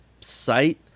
site